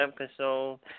episode